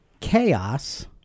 Chaos